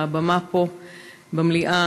מהבמה פה במליאה,